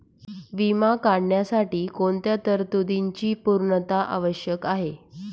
विमा काढण्यासाठी कोणत्या तरतूदींची पूर्णता आवश्यक आहे?